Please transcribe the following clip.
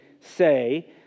say